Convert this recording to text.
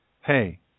hey